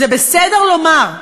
זה בסדר לומר: